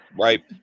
right